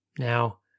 Now